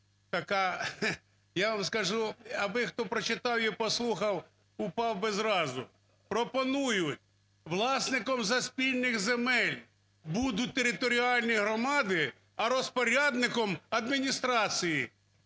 Я вам скажу, аби хто прочитав і послухав, упав би зразу: пропонують власниками спільних земель будуть територіальні громади, а розпорядником – адміністрації